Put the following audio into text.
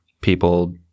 people